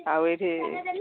ଆଉ ଏଇଠି